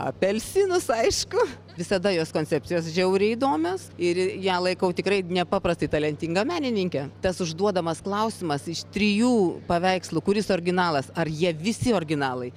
apelsinus aišku visada jos koncepcijos žiauriai įdomios ir ją laikau tikrai nepaprastai talentinga menininke tas užduodamas klausimas iš trijų paveikslų kuris originalas ar jie visi originalai